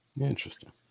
Interesting